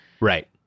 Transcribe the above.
Right